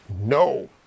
no